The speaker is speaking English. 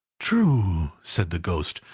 true, said the ghost.